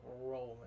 rolling